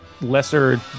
lesser